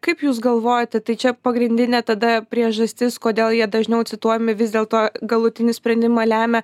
kaip jūs galvojate tai čia pagrindinė tada priežastis kodėl jie dažniau cituojami vis dėlto galutinį sprendimą lemia